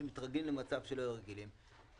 שמתרגלים למצב שלא היו רגילים לו.